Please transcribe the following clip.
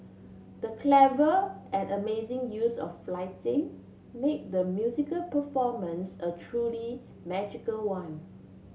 the clever and amazing use of lighting made the musical performance a truly magical one